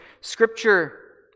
Scripture